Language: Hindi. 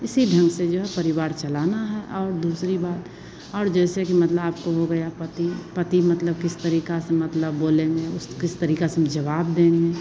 इसी ढंग से जो है परिवार चलाना है और दूसरी बात और जैसे कि मतलब आपको हो गया पति पति मतलब किस तरीका से मतलब बोलेंगे उस किस तरीका से हम जवाब देंगे